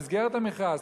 במסגרת המכרז,